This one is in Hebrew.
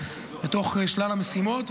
בתוך שלל המשימות,